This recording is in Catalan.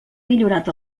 millorat